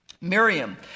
Miriam